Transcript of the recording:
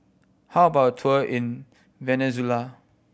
how about a tour in Venezuela